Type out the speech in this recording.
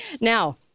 Now